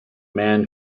man